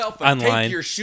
Online